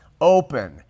open